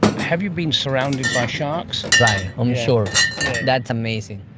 have you been surrounded by sharks? right, i'm sure. that's amazing.